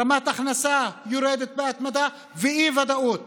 רמת ההכנסה יורדת בהתמדה והאי-ודאות